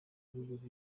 bihugu